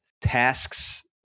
tasks